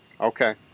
Okay